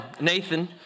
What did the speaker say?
Nathan